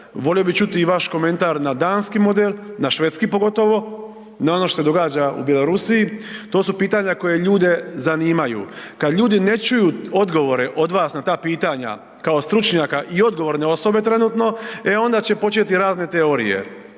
volio bi čuti i vaš komentar na Danski model, na Švedski pogotovo, na ono što se događa u Bjelorusiji. To su pitanja koja ljude zanimaju. Kad ljudi ne čuju odgovore od vas na ta pitanja kao stručnjaka i odgovorne osobe trenutno, e onda će početi razne teorije.